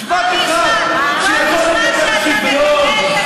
משפט אחד שיכול להיות יותר שוויון,